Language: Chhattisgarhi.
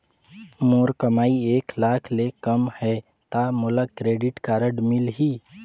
मोर कमाई एक लाख ले कम है ता मोला क्रेडिट कारड मिल ही?